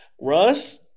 Russ